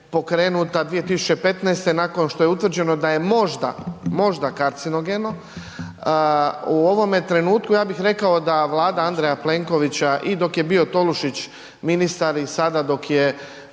pokrenuta 2015. nakon što je utvrđeno da je možda, možda kancerogeno. U ovome trenutku ja bih rekao da Vlada Andreja Plenkovića i dok je bio Tolušić ministra i sada dok je